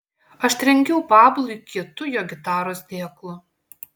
aš trenkiau pablui kietu jo gitaros dėklu